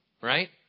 right